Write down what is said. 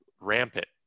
rampant